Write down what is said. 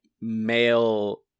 male